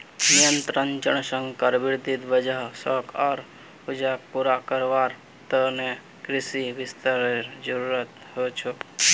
निरंतर जनसंख्या वृद्धिर वजह खाद्य आर ऊर्जाक पूरा करवार त न कृषि विस्तारेर जरूरत ह छेक